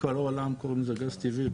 בכל העולם קוראים לזה גז טבעי,